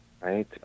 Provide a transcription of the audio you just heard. right